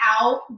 out